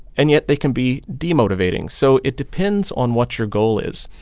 and yet, they can be demotivating so it depends on what your goal is.